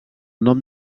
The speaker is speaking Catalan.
nom